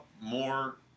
more